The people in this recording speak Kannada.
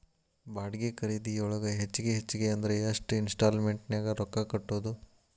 ಬಾಡ್ಗಿ ಖರಿದಿಯೊಳಗ ಹೆಚ್ಗಿ ಹೆಚ್ಗಿ ಅಂದ್ರ ಯೆಷ್ಟ್ ಇನ್ಸ್ಟಾಲ್ಮೆನ್ಟ್ ನ್ಯಾಗ್ ರೊಕ್ಕಾ ಕಟ್ಬೊದು?